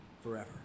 forever